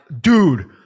dude